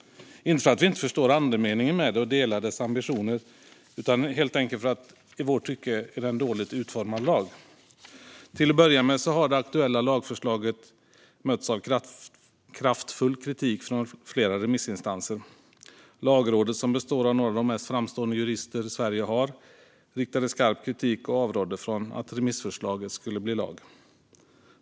Inte för att vi inte förstår andemeningen i det och delar dess ambitioner, utan helt enkelt för att detta i vårt tycke är en dåligt utformad lag. Till att börja med har det aktuella lagförslaget mötts av kraftfull kritik från flera remissinstanser. Lagrådet, som består av några av de mest framstående jurister Sverige har, riktade skarp kritik mot förslaget och avrådde från att remissförslaget skulle bli lag.